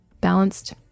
balanced